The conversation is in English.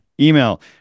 email